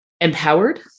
empowered